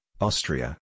Austria